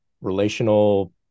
relational